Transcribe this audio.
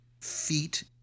feet